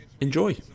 enjoy